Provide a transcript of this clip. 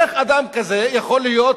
איך אדם כזה יכול להיות